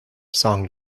song